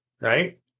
right